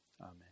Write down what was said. Amen